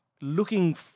looking